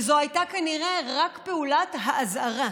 וזו הייתה כנראה רק פעולת האזהרה.